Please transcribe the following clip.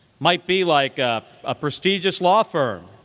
might be like ah a prestigious law firm,